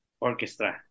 orchestra